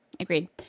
Agreed